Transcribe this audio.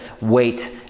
wait